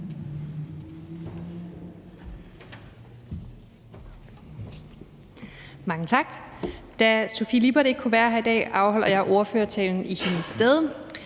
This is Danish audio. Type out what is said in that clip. Mange tak. Da Sofie Lippert ikke kunne være her i dag, afholder jeg ordførertalen i hendes sted.